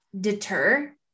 deter